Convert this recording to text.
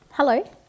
Hello